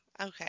Okay